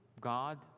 God